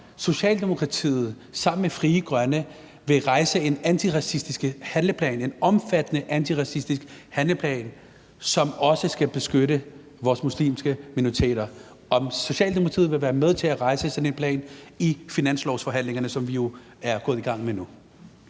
Socialdemokratiet sammen med Frie Grønne vil lave en antiracistisk handleplan, en omfattende antiracistisk handleplan, som også skal beskytte vores muslimske minoriteter. Vil Socialdemokratiet være med til at lave sådan en plan i finanslovsforhandlingerne, som vi jo er gået i gang med nu?